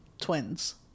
twins